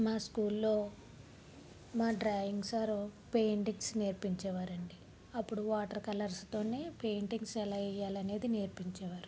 మా స్కూల్లో మా డ్రాయింగ్ సారు పెయింటింగ్స్ నేర్పించే వారండి అప్పుడు వాటర్ కలర్స్తోని పెయింటింగ్స్ ఎలా వెయ్యాలనేది నేర్పించేవారు